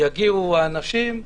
יגיעו אנשים,